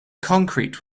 concrete